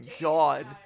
God